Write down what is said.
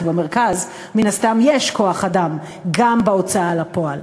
כי במרכז מן הסתם יש כוח-אדם גם בהוצאה לפועל.